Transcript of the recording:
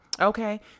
Okay